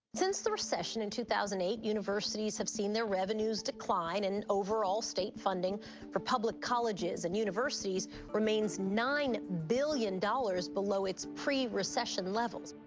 since the recession in two thousand and eight, universities have seen their revenues decline, and overall state funding for public colleges and universities remains nine billion dollars below its pre-recession levels.